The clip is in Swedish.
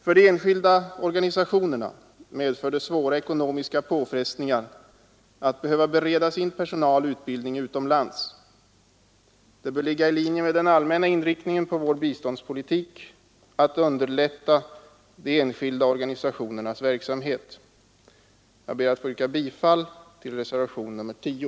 För de enskilda organisationerna medför det svåra ekonomiska påfrestningar att behöva bereda sin personal utbildning utomlands. Det bör ligga i linje med den allmänna inriktningen på vår biståndspolitik att underlätta de enskilda organisationernas verksamhet. Jag ber att få yrka bifall till reservationen 10.